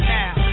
now